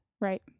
Right